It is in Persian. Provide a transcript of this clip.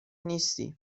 نیستی